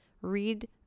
Read